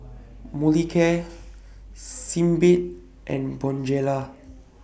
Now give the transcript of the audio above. Molicare Sebamed and Bonjela